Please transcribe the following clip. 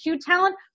talent